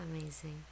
amazing